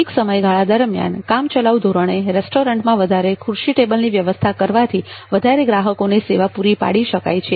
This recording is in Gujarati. પીક સમયગાળા દરમ્યાન કામચલાઉ ધોરણે રેસ્ટોરન્ટમાં વધારે ખુરશી ટેબલની વ્યવસ્થા કરવાથી વધારે ગ્રાહકોને સેવા પૂરી પાડી શકાય છે